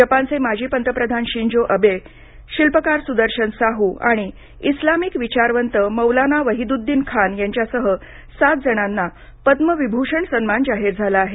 जपानचे माजी पंतप्रधान शिंजो अबे शिल्पकार सुदर्शन साहू आणि इस्लामिक विचारवंत मौलाना वाहिद्दिन खान यांच्यासह सात जणांना पद्मविभूषण सन्मान जाहीर झाला आहे